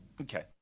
Okay